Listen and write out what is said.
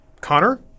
Connor